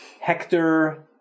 Hector